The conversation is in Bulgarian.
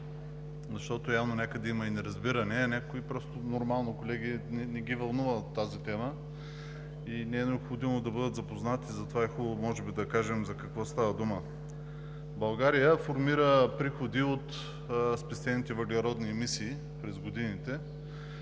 защото явно някъде има и неразбиране, а някои колеги не ги вълнува тази тема и не е необходимо да бъдат запознати, затова е хубаво може би да кажем за какво става дума. България формира приходи от спестените въглеродни емисии през годините,